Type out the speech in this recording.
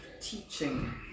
teaching